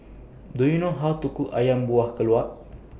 Do YOU know How to Cook Ayam Buah Keluak